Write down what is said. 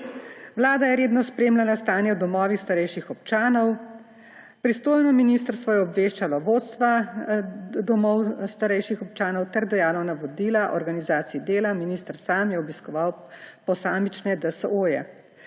Vlada je redno spremljala stanje v domovih starejših občanov. Pristojno ministrstvo je obveščalo vodstva domov starejših občanov ter dajalo navodila o organizaciji dela; minister sam je obiskoval posamične DSO.